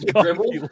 Dribble